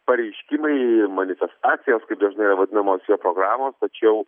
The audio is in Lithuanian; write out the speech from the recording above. pareiškimai manifestacijos kaip dažnai yra vadinamos programos tačiau